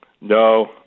No